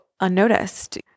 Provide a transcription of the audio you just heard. unnoticed